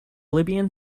libyan